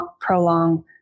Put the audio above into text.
prolong